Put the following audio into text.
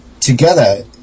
together